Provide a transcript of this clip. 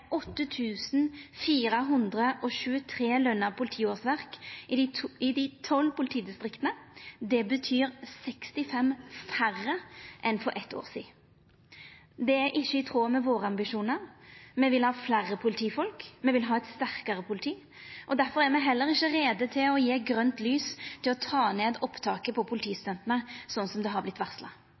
423 lønte politiårsverk i dei tolv politidistrikta. Det betyr 65 færre enn for eitt år sidan. Det er ikkje i tråd med våre ambisjonar. Me vil ha fleire politifolk. Me vil ha eit sterkare politi, og difor er me heller ikkje reie til å gje grønt lys for å ta ned opptaket av politistudentar, slik det har vorte varsla